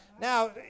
Now